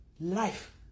life